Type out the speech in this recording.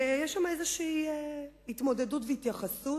יש שם איזו התמודדות והתייחסות.